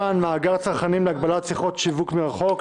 הצרכן (מאגר צרכנים להגבלת שיחות שיווק מרחוק).